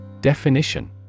Definition